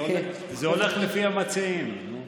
זה הולך לפי המציעים.